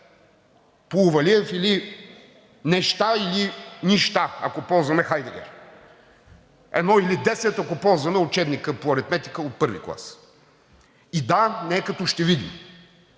по Увалиев, или неща, или нища, ако ползваме Хайдегер; едно или десет, ако ползваме учебника по аритметика от първи клас. И „да“ не е като „ще видим“,